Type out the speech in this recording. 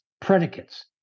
predicates